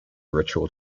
ritual